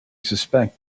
suspect